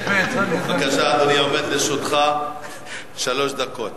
בבקשה, אדוני, לרשותך שלוש דקות.